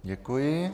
Děkuji.